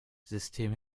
system